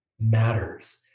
matters